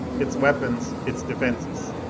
its weapons, its defences,